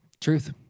Truth